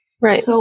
Right